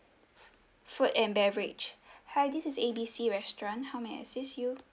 food and beverage hi this is A B C restaurant how may I assist you